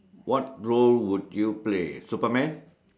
what role would you play Superman